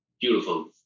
beautiful